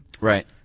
Right